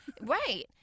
right